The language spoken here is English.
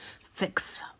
fix